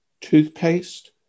Toothpaste